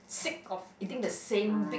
sick of eating the same big